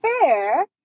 fair